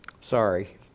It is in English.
sorry